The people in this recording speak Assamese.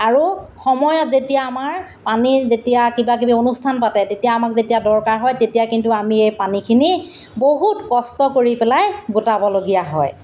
আৰু সময়ত যেতিয়া আমাৰ পানী যেতিয়া কিবা কিবি অনুষ্ঠান পাতে তেতিয়া আমাক যেতিয়া দৰকাৰ হয় তেতিয়া কিন্তু আমি এই পানীখিনি বহুত কষ্ট কৰি পেলাই গোটাবলগীয়া হয়